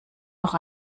noch